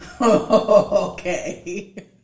Okay